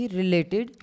related